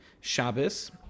Shabbos